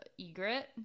egret